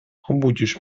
obudzisz